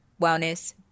wellness